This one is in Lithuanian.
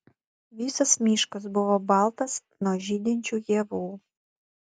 visas miškas buvo baltas nuo žydinčių ievų